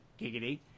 giggity